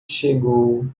chegou